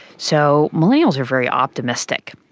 so millennials are very optimistic,